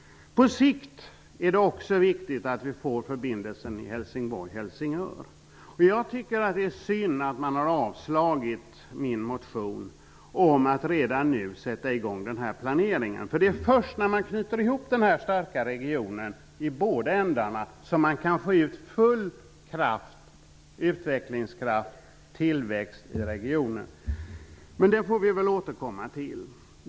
På sikt är det också viktigt att vi får förbindelsen mellan Helsingborg och Helsingör. Det är synd att man har avslagit min motion om att redan nu sätta i gång den här planeringen. Det är först när man knyter ihop den här starka regionen i båda ändarna som man kan få full utvecklingskraft och tillväxt i regionen. Men det får vi återkomma till.